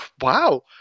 Wow